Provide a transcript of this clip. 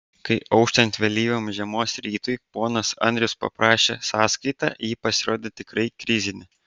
kai auštant vėlyvam žiemos rytui ponas andrius paprašė sąskaitą ji pasirodė tikrai krizinė